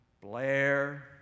Blair